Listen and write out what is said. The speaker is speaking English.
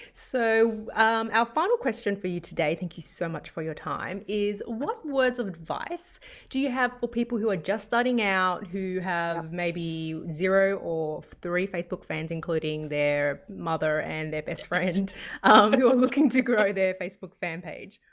so our final question for you today, thank you so much for your time is what words of advice do you have people who are just starting out who have maybe zero or three facebook fans including their mother and their bestfriend but who are looking to grow their facebook fan page?